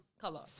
color